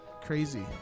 Crazy